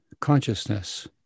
consciousness